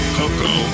coco